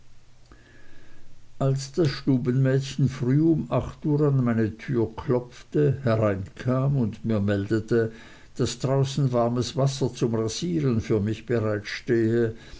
als das stubenmädchen früh um acht uhr an meine tür klopfte hereinkam und mir meldete daß draußen warmes wasser zum rasieren für mich bereit stehe